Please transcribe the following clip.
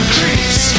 Creeps